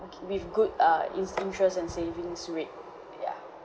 with good err in interest and savings rate yeah